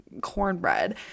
cornbread